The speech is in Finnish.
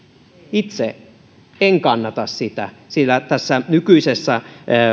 itse en kannata sitä sillä tässä nykyisessä